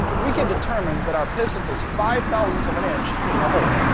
we can determine that our piston is five thousandths of an inch in the hole.